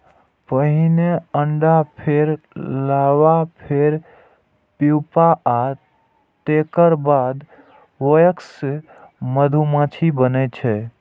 पहिने अंडा, फेर लार्वा, फेर प्यूपा आ तेकर बाद वयस्क मधुमाछी बनै छै